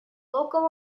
local